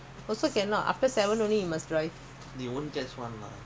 I think can can can